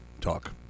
talk